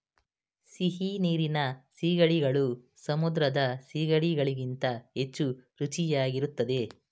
ಸಿಹಿನೀರಿನ ಸೀಗಡಿಗಳು ಸಮುದ್ರದ ಸಿಗಡಿ ಗಳಿಗಿಂತ ಹೆಚ್ಚು ರುಚಿಯಾಗಿರುತ್ತದೆ